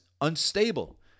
unstable